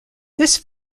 this